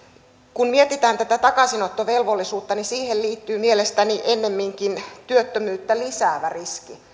kun mietitään tätä takaisinottovelvollisuutta niin siihen liittyy mielestäni ennemminkin työttömyyttä lisäävä riski